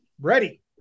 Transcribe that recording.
Ready